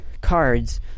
cards